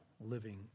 living